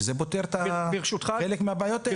שזה פותר חלק מהבעיות האלה.